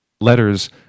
letters